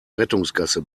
rettungsgasse